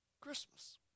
Christmas